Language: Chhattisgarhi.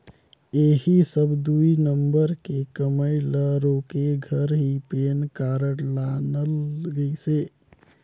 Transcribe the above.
ऐही सब दुई नंबर के कमई ल रोके घर ही पेन कारड लानल गइसे